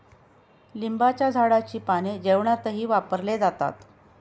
लिंबाच्या झाडाची पाने जेवणातही वापरले जातात